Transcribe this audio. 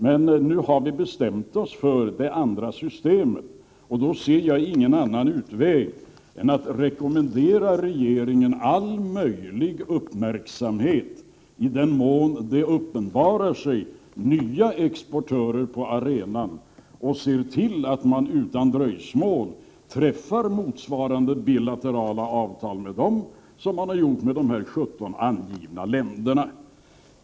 Men nu har vi bestämt oss för det andra systemet, och då ser jag ingen annan utväg än att rekommendera regeringen att vara mycket uppmärksam i den mån det uppenbarar sig nya exportörer på arenan. Regeringen bör då se till att utan dröjsmål träffa motsvarande bilaterala avtal med dessa på samma sätt som man gjort med de 17 angivna länderna.